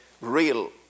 real